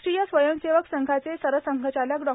राष्ट्रीय स्वयंसेवक संघाचे सरसंघचालक डॉ